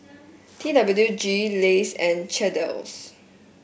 T W G Lays and Chesdale